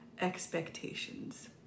expectations